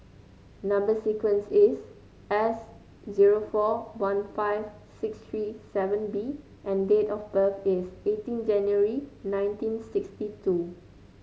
number sequence is S zero four one five six three seven B and date of birth is eighteen January nineteen sixty two